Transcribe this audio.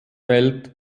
welt